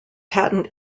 patent